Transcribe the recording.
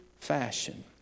fashion